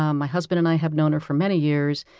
um my husband and i have known her for many years,